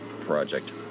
Project